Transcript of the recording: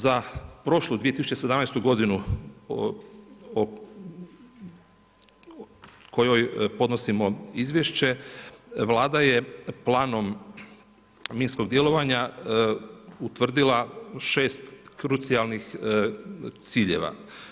Za prošlu 2017. g. o kojoj podnosimo izvješće, Vlada je planom minskog djelovanja utvrdila 6 krucijalnih ciljeva.